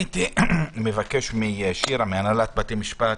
אבקש משירי מהנהלת בתי משפט